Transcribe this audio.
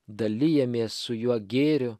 dalijamės su juo gėriu